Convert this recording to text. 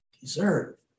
deserve